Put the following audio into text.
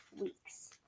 weeks